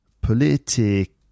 political